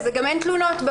גם אין תלונות.